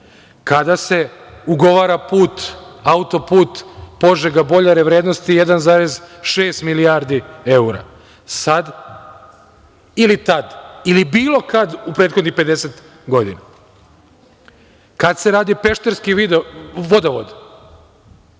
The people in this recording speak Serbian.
Kada se ugovara put, autoput Požega – Boljare, vrednosti 1,6 milijardi evra? Sad ili tad ili bilo kada u prethodnih 50 godina? Kada se radi pešterski vodovod,